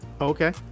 Okay